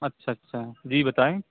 اچھا اچھا جی بتائیں